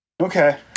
okay